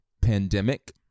pandemic